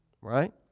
Right